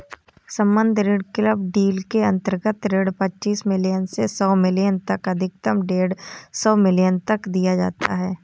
सम्बद्ध ऋण club deal के अंतर्गत ऋण पच्चीस मिलियन से सौ मिलियन तक अधिकतम डेढ़ सौ मिलियन तक दिया जाता है